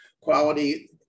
quality